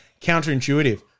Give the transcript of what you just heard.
counterintuitive